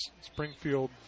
Springfield